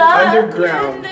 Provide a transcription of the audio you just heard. underground